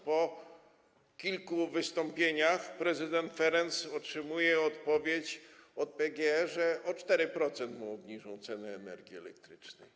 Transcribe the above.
Po kilku wystąpieniach prezydent Ferenc otrzymuje odpowiedź od PGE, że o 4% mu obniżą ceny energii elektrycznej.